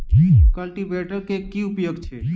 Cultivator केँ की उपयोग छैक?